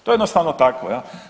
To je jednostavno tako.